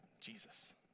Jesus